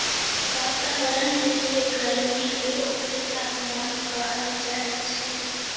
वतावरन में जे गरमी हई ओकरे तापमान कहल जाई छई